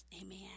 amen